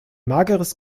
mageres